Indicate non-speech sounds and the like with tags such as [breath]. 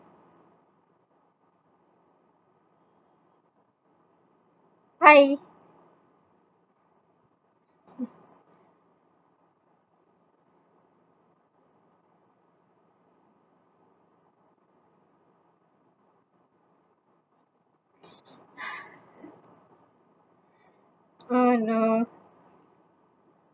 hi [noise] [breath] oh no